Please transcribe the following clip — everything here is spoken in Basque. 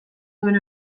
duen